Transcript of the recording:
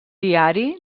diari